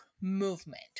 movement